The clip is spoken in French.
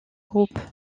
groupe